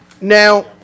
Now